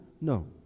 No